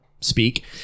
speak